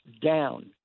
down